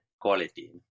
quality